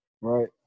Right